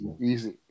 Easy